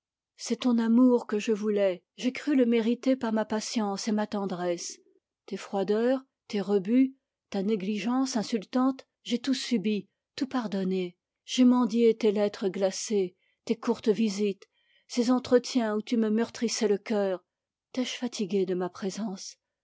c'est ton amour que je voulais j'ai cru le mériter par ma patience et ma tendresse tes froideurs tes rebuts ta négligence insultante j'ai tout subi tout pardonné j'ai mendié tes lettres glacées tes courtes visites ces entretiens où tu me meurtrissais le cœur t'ai-je fatigué de ma présence